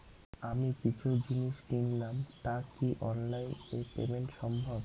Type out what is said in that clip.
আমি কিছু জিনিস কিনলাম টা কি অনলাইন এ পেমেন্ট সম্বভ?